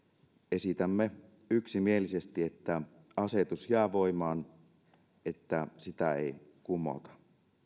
esitämme yksimielisesti että asetus jää voimaan että sitä ei kumota